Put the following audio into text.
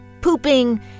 pooping